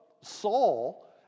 Saul